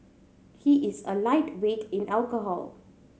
he is a lightweight in alcohol